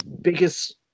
biggest